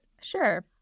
Sure